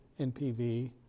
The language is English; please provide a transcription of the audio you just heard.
NPV